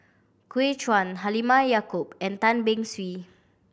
Gu Juan Halimah Yacob and Tan Beng Swee